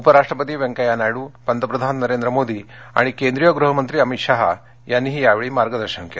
उपराष्ट्रपती व्यंकय्या नायड्र पंतप्रधाननरेंद्र मोदी आणि केंद्रीय गृह मंत्री अमित शहा यांनीही यावेळी मार्गदर्शन केलं